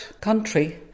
country